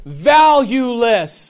valueless